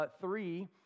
three